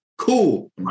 Cool